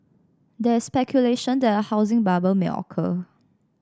there is speculation that a housing bubble may occur